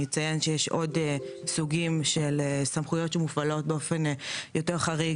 אציין שיש עוד סוגים של סמכויות שמופעלות באופן יותר חריג,